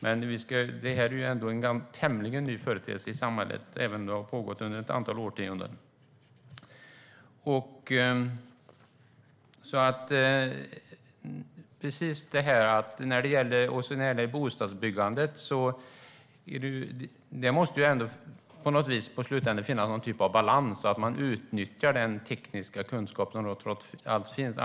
Men det här är en tämligen ny företeelse i samhället, även om den har pågått under ett antal årtionden. När det gäller bostadsbyggandet måste det finnas någon typ av balans, så att man utnyttjar den tekniska kunskap som trots allt finns.